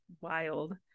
wild